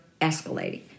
escalating